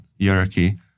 hierarchy